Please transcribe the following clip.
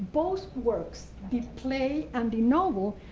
both works, the play and the novel,